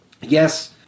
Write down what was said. Yes